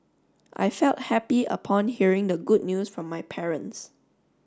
I felt happy upon hearing the good news from my parents